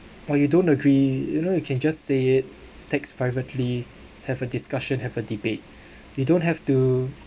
what you don't agree you know you can just say it text privately have a discussion have a debate they don't have to